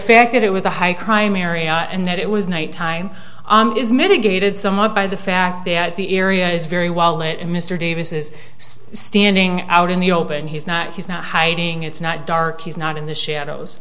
fact that it was a high crime area and that it was night time is mitigated somewhat by the fact that the area is very well lit and mr davis is standing out in the open he's not he's not hiding it's not dark he's not in the shadows